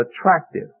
attractive